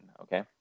Okay